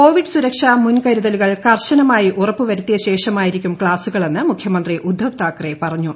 Covid സുരക്ഷാ മുൻ കരുതലുകൾ കർശനമായി ഉറപ്പുവരുത്തിയശേഷമായിരിക്കും ക്ലാ സുകളെന്ന് മുഖ്യമന്ത്രി ഉദ്ദവ് താക്കറെ പറഞ്ഞു